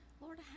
lord